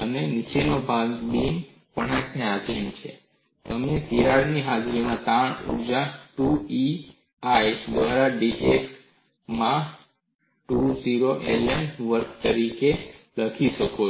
અને નીચેનો ભાગ બીમ વળાંકને આધિન છે અને તમે તિરાડની હાજરીમાં તાણ ઊર્જાને 2EI દ્વારા dx માં 2 0 LM વર્ગ તરીકે લખી શકો છો